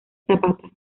zapata